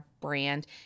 brand